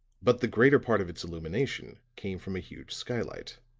but the greater part of its illumination came from a huge skylight.